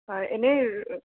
হয় এনেই